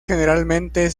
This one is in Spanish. generalmente